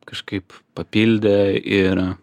kažkaip papildė yra